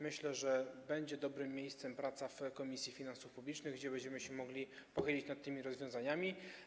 Myślę, że będzie dobrym miejscem do pracy Komisja Finansów Publicznych, gdzie będziemy się mogli pochylić nad tymi rozwiązaniami.